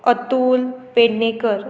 Atul Pednekar